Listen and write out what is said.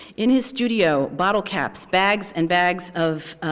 in his studio, bottle caps, bags and bags of